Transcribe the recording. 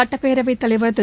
சுட்டப்பேரவைத் தலைவர் திரு